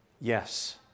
Yes